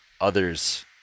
others